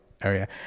area